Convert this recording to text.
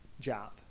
job